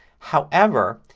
however,